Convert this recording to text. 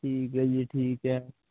ਠੀਕ ਹੈ ਜੀ ਠੀਕ ਹੈ